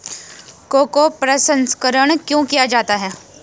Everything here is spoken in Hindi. कोको प्रसंस्करण क्यों किया जाता है?